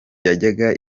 yajyaga